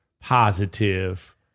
positive